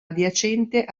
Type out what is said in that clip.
adiacente